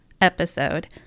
episode